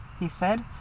he said.